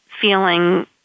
feeling